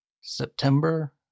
September